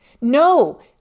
No